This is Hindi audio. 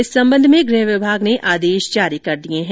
इस संबंध में गृह विभाग ने आदेश जारी कर दिए हैं